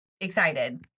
excited